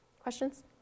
Questions